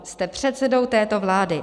Jste předsedou této vlády.